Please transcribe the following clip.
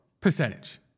percentage